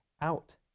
out